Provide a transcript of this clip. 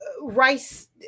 rice